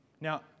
Now